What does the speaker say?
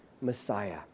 Messiah